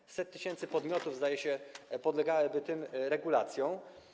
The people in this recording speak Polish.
Ileś set tysięcy podmiotów, zdaje się, podlegałoby tym regulacjom.